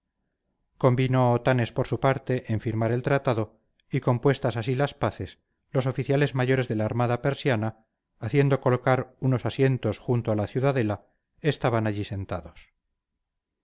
señor convino otanes por su parte en firmar el tratado y compuestas así las paces los oficiales mayores de la armada persiana haciendo colocar unos asientos junto a la ciudadela estiban allí sentados